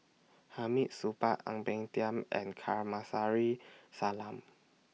Hamid Supaat Ang Peng Tiam and Salam